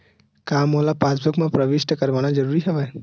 का मोला पासबुक म प्रविष्ट करवाना ज़रूरी हवय?